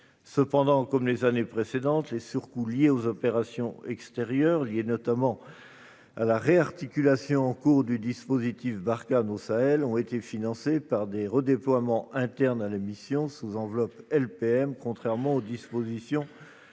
Cependant, comme les années précédentes, les surcoûts liés aux opérations extérieures (Opex)- en raison, notamment, de la réarticulation en cours du dispositif Barkhane au Sahel -ont été financés par des redéploiements internes à la mission, sous enveloppe LPM, contrairement aux dispositions de